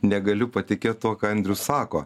negaliu patikėt tuo ką andrius sako